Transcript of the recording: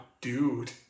dude